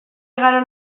igaro